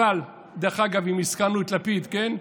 אבל, דרך אגב, אם הזכרנו את לפיד, כן,